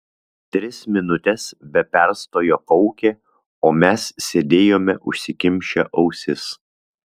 tris minutes be perstojo kaukė o mes sėdėjome užsikimšę ausis